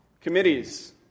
Committees